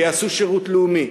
ויעשו שירות לאומי,